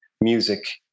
music